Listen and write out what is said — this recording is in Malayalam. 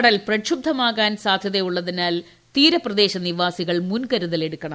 കടൽ പ്രക്ഷുബ്ധമാകാൻ സാധ്യതയുള്ളതിനാൽ തീരപ്രദേശ നിവാസികൾ മുൻകരുതൽ എടുക്കണം